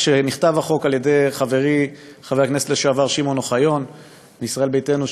כשנכתב החוק על-ידי חברי חבר הכנסת לשעבר שמעון אוחיון מישראל ביתנו,